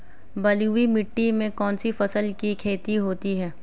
बलुई मिट्टी में कौनसी फसल की खेती होती है?